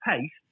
paste